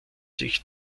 sich